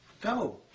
Go